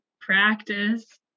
practice